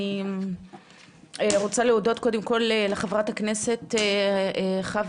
אני רוצה להודות קודם כל לחברת הכנסת חוה